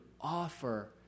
offer